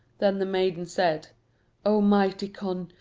then the maiden said o mighty conn,